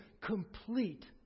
complete